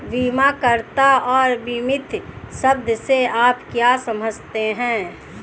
बीमाकर्ता और बीमित शब्द से आप क्या समझते हैं?